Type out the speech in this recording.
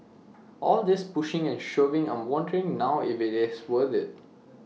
all this pushing and shoving I'm wondering now if IT is worth IT